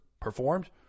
performed